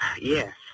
Yes